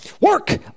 work